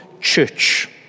church